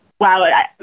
wow